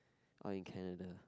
or in Canada